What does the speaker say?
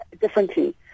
differently